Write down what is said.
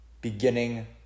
beginning